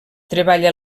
treballa